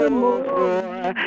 more